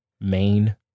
main